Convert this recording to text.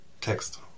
text